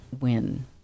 win